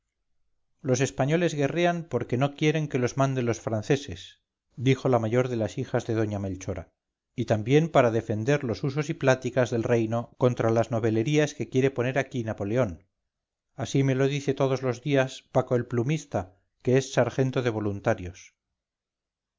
los españoles guerrean porque no quieren que los manden los franceses dijo la mayor de las hijas de doña melchora y tambiénpara defender los usos y pláticas del reino contra las novelerías que quiere poner aquí napoleón así me lo dice todos los días paco el plumista que es sargento de voluntarios